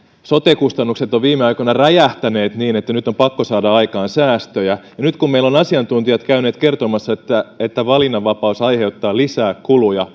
sote kustannukset ovat viime aikoina räjähtäneet niin että nyt on pakko saada aikaan säästöjä nyt kun meillä ovat asiantuntijat käyneet kertomassa että että valinnanvapaus aiheuttaa merkittävästi lisää kuluja